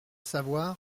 savoir